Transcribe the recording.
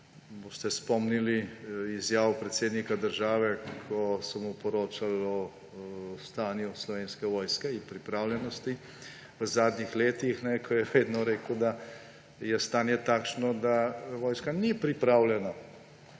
boste spomnili izjav predsednika države, ko so mu poročali o stanju Slovenske vojske in pripravljenosti v zadnjih letih, ko je vedno rekel, da je stanje takšno, da vojska ni pripravljena